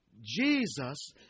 Jesus